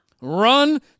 run